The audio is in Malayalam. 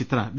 ചിത്ര വി